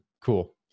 Cool